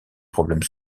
problèmes